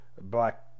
black